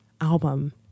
album